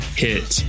hit